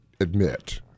admit